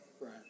Right